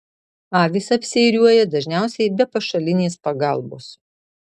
avys apsiėriuoja dažniausiai be pašalinės pagalbos